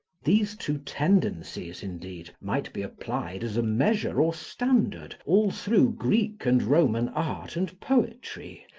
these two tendencies, indeed, might be applied as a measure or standard, all through greek and roman art and poetry,